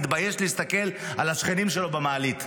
התבייש להסתכל על השכנים שלו במעלית.